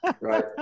right